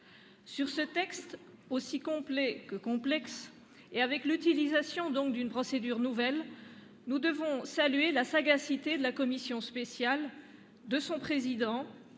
projet de loi aussi complet que complexe, et avec l'utilisation donc d'une procédure nouvelle, nous devons saluer la sagacité de la commission spéciale, de son président